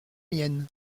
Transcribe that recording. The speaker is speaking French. mienne